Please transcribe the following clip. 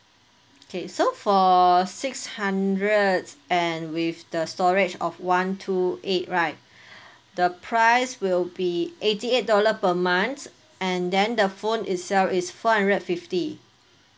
okay so for six hundred and with the storage of one two eight right the price will be eighty eight dollar per month and then the phone itself is four hundred fifty